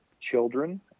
children